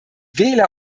wähler